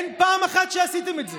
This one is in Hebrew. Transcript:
אין פעם אחת שעשיתם את זה.